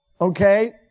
okay